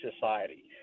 Society